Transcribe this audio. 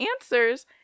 answers